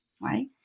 right